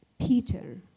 Peter